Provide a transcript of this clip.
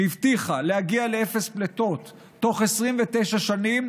שהבטיחה להגיע לאפס פליטות תוך 29 שנים,